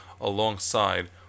alongside